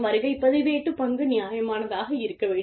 வருகைப் பதிவேட்டுப் பங்கு நியாயமானதாக இருக்க வேண்டும்